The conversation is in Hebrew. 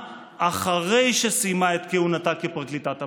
אחרי שסיימה את כהונתה כפרקליטת המחוז.